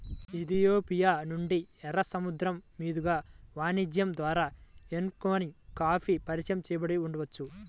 Ethiopia నుండి, ఎర్ర సముద్రం మీదుగా వాణిజ్యం ద్వారా ఎమెన్కి కాఫీ పరిచయం చేయబడి ఉండవచ్చు